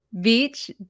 Beach